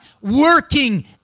working